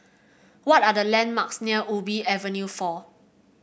what are the landmarks near Ubi Avenue four